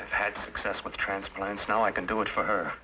i've had success with transplants now i can do it for her